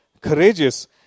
courageous